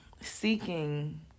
seeking